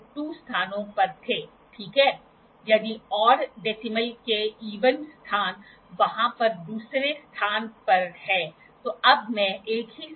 दिया हुए data θ 14 ° L 100 मिमी हम यह जानते हैं sin θ¿ hL ¿ h L × sin θ h 100 × sin14 h 100 × 02419 h 2419 mm तो तो फार्मूला क्या है